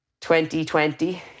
2020